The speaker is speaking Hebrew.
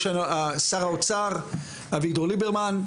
יש את שר האוצר אביגדור ליברמן,